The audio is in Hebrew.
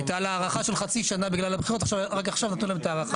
הייתה לה הארכה של חצי שנה בגלל הבחירות רק עכשיו נתנו להם את ההארכה.